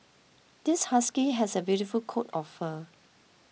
this husky has a beautiful coat of fur